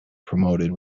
promoted